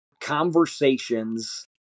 conversations